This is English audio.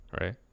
right